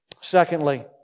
Secondly